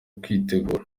kwitegura